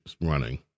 running